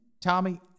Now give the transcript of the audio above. tommy